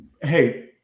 hey